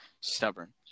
stubborn